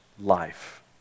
life